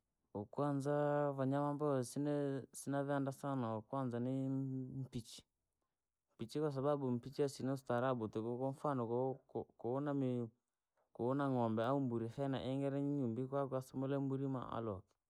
Wakwanza wanayama vee sina sina veenda sana, wakwanza ni- nimpichi, mpichi kwasababu mpichi asina ustaarabu tuuko kwamfano koo- koo- kooure mii na koora n'gombe au mburi fyana ingeree na nyumbi kwako asumule mburi maa alokee.